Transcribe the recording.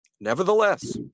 nevertheless